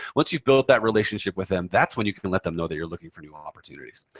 once you've built that relationship with them, that's when you can let them know that you're looking for new opportunities.